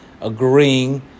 agreeing